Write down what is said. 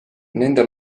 nende